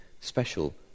special